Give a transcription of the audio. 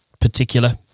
particular